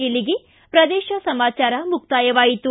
ಇಲ್ಲಿಗೆ ಪ್ರದೇಶ ಸಮಾಚಾರ ಮುಕ್ತಾಯವಾಯಿತು